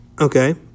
Okay